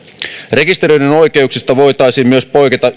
rekisteröidyn oikeuksista voitaisiin poiketa